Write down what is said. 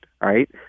right